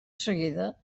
seguida